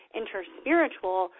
interspiritual